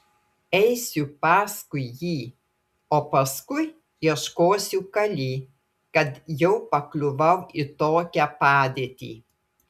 eisiu paskui jį o paskui ieškosiu kali kad jau pakliuvau į tokią padėtį